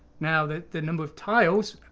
now the the number of tiles.